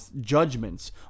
judgments